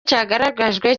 cyagaragajwe